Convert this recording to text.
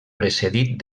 precedit